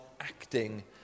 acting